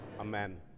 Amen